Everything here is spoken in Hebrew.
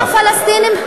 אנחנו, הפלסטינים,